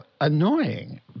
annoying